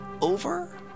over